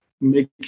Make